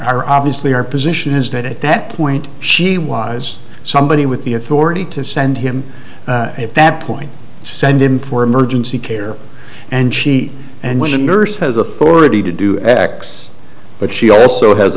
are obviously our position is that at that point she was somebody with the authority to send him at that point send him for emergency care and she and when a nurse has authority to do x but she also has